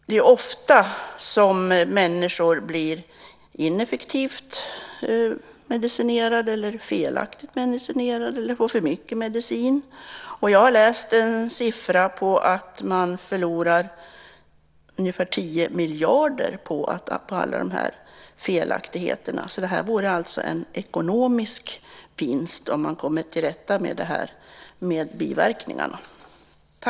Det är ofta människor blir ineffektivt medicinerade, felaktigt medicinerade eller får för mycket medicin. Jag har läst en siffra på att man förlorar ungefär 10 miljarder på alla de här felaktigheterna, så det vore alltså en ekonomisk vinst om man kom till rätta med de här biverkningarna.